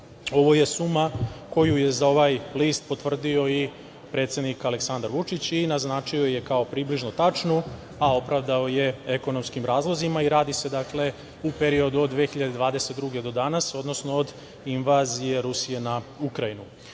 Ovo je suma koju je za ovaj list potvrdio i predsednik Aleksandar Vučić i naznačio je kao približno tačnu, a opravdao je ekonomskim razlozima. Radi se o periodu od 2022. do danas, odnosno od invazije Rusije na Ukrajinu.U